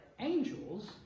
angels